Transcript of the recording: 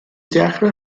dechrau